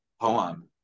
poem